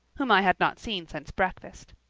whom i had not seen since breakfast.